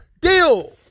deal